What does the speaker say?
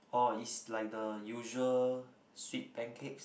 oh it's like the usual sweet pancakes